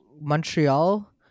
Montreal